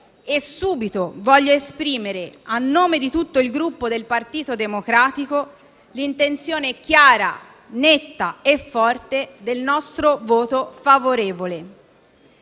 Subito voglio esprimere a nome di tutto il Gruppo del Partito Democratico l'intenzione chiara, netta e forte del nostro voto favorevole.